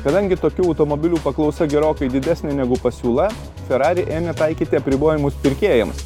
kadangi tokių automobilių paklausa gerokai didesnė negu pasiūla ferrari ėmė taikyti apribojimus pirkėjams